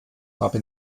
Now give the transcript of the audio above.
habe